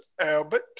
Albert